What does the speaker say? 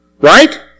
Right